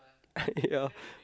ya